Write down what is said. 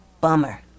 Bummer